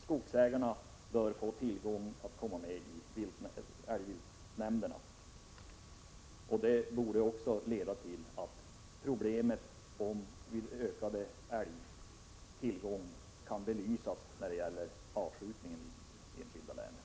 Skogsägarna bör få möjlighet att komma med i älgviltnämnderna, vilket borde leda till att problemet vid ökad tillgång på älg kan belysas när det gäller avskjutningen i det enskilda länet.